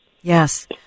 yes